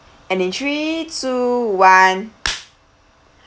and in three two one